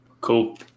Cool